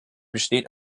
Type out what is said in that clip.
besteht